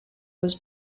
was